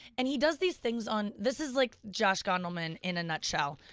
and he does these things on. this is like josh gondelman in a nutshell.